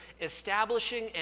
establishing